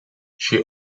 she